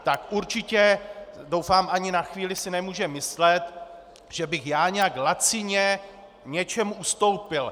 Tak určitě doufám ani na chvíli si nemůže myslet, že bych já nějak lacině něčemu ustoupil.